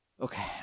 Okay